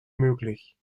möglich